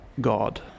god